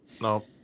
No